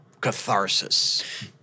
catharsis